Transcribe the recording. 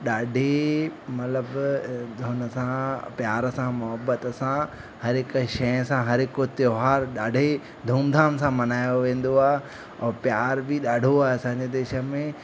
ॾाढी मतिलबु हुन सां प्यार सां मुहिबत सां हर हिक शइ सां हर हिकु त्योहारु ॾाढे धूम धाम सां मल्हायो वेंदो ऐं प्यार बि ॾाढो आहे असांजे देश में